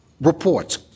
reports